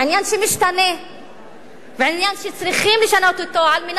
עניין שמשתנה ועניין שצריכים לשנות אותו כדי